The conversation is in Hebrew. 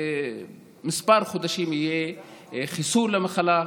בכמה חודשים יהיה חיסון למחלה.